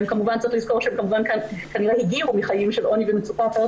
צריך לזכור שכנראה הן גם הגיעו מחיים של עוני ומצוקה אחרת